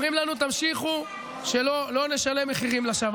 אומרים לנו: תמשיכו, שלא נשלם מחירים לשווא.